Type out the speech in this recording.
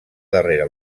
darrera